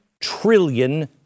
trillion